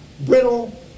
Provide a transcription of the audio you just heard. brittle